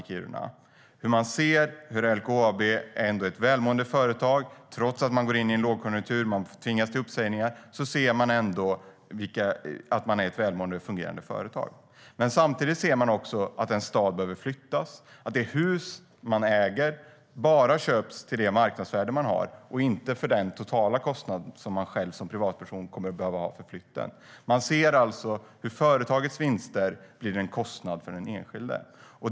De ser hur LKAB ändå är ett välmående och fungerande företag, trots att man går in i en lågkonjunktur och tvingas till uppsägningar. Men samtidigt ser de att en stad behöver flyttas. Det hus man äger köps bara till marknadsvärdet, inte för den totala kostnad som man själv som privatperson kommer att behöva ha för flytten. Man ser alltså hur företagets vinster blir en kostnad för den enskilde.